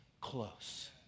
close